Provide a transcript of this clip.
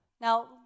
Now